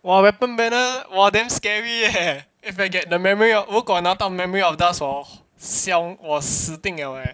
!wah! weapon banner !wah! damn scary leh if I get the memory of w~ 如果拿到 memory of dust hor 笑我死定了 eh